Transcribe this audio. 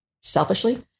selfishly